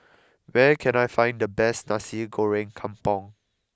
where can I find the best Nasi Goreng Kampung